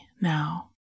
now